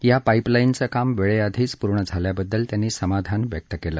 या पाईपलाईनचं काम वेळेआधीच पूर्ण झाल्याबद्दल त्यांनी समाधान व्यक्त केलं